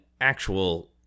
actual